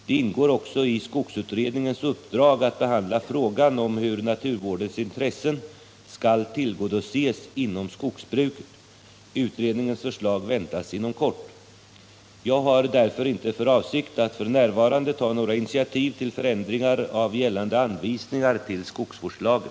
Det ingår också i skogsutredningens uppdrag att behandla frågan om hur naturvårdens intressen skall tillgodoses inom skogsbruket. Utredningens förslag väntas inom kort. Jag har därför inte för avsikt att f.n. ta några initiativ till förändringar av gällande anvisningar till skogsvårdslagen.